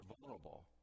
vulnerable